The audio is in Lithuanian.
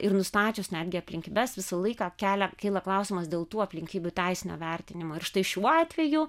ir nustačius netgi aplinkybes visą laiką kelia kyla klausimas dėl tų aplinkybių teisinio vertinimo ir štai šiuo atveju